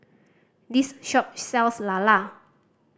this shop sells lala